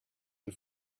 the